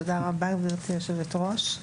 תודה רבה, גברתי היושבת-ראש,